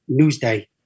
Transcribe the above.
newsday